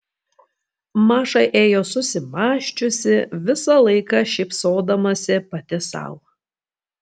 maša ėjo susimąsčiusi visą laiką šypsodamasi pati sau